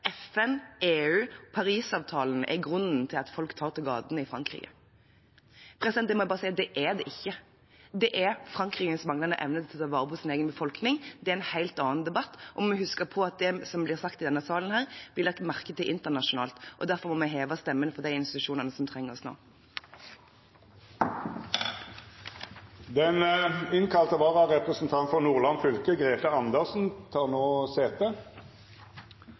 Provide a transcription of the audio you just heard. FN, EU og Parisavtalen er grunnen til at folk tar til gatene i Frankrike. Jeg må bare si at det er det ikke. Det er Frankrikes manglende evne til å ta vare på sin egen befolkning, og det er en helt annen debatt. Vi må huske på at det som blir sagt i denne salen, blir lagt merke til internasjonalt. Derfor må vi heve stemmen for de institusjonene som trenger oss nå. Den innkalla vararepresentanten for Nordland fylke, Grethe Andersen , tek no sete.